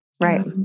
Right